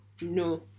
No